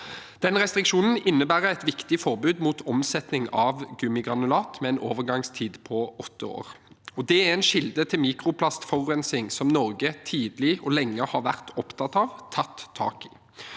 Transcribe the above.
REACH. Restriksjonen innebærer et viktig forbud mot omsetning av gummigranulat, med en overgangstid på 8 år. Dette er en kilde til mikroplastforurensning som Norge tidlig og lenge har vært opptatt av, og som vi